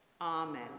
Amen